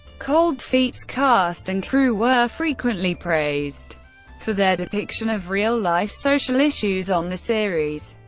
cold feets cast and crew were frequently praised for their depiction of real-life social issues on the series.